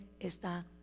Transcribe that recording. está